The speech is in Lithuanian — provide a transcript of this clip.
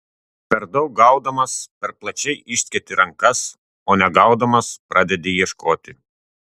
per daug gaudamas per plačiai išsketi rankas o negaudamas pradedi ieškoti